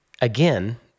again